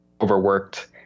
overworked